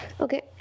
okay